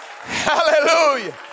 Hallelujah